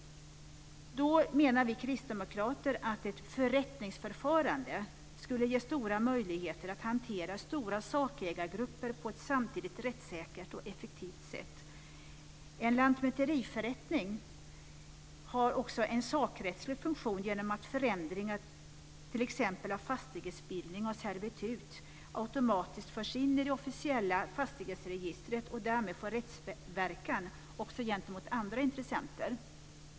Vi kristdemokrater menar att ett förrättningsförfarande skulle ge stora möjligheter att hantera stora sakägargrupper på ett samtidigt rättssäkert och effektivt sätt. En lantmäteriförrättning har också en sakrättslig funktion genom att förändringar t.ex. av fastighetsbildning och servitut automatiskt förs in i det officiella fastighetsregistret och därmed får rättsverkan också gentemot andra intressenter.